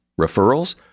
Referrals